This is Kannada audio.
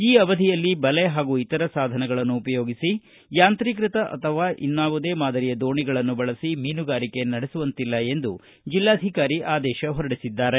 ಈ ಅವಧಿಯಲ್ಲಿ ಬಲೆ ಹಾಗೂ ಇತರ ಸಾಧನಗಳನ್ನು ಉಪಯೋಗಿಸಿ ಯಾಂತ್ರಿಕೃತ ಅಥವಾ ಇನ್ನಾವುದೇ ಮಾದರಿಯ ದೋಣಿಗಳನ್ನು ಬಳಸಿ ಮೀನುಗಾರಿಕೆ ನಡೆಸುವಂತಿಲ್ಲ ಎಂದು ಜಿಲ್ಲಾಧಿಕಾರಿ ಆದೇಶ ಹೊರಡಿಸಿದ್ದಾರೆ